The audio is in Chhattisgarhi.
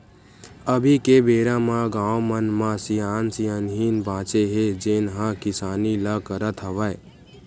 अभी के बेरा म गाँव मन म सियान सियनहिन बाचे हे जेन ह किसानी ल करत हवय